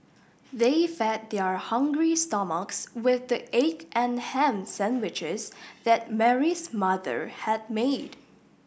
they fed their hungry stomachs with the egg and ham sandwiches that Mary's mother had made